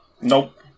nope